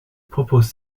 propose